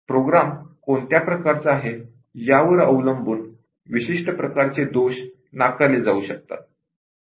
programme कोणत्या प्रकारचा आहे यावर अवलंबून विशिष्ट प्रकारचे दोष नाकारले जाऊ शकतात